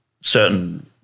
certain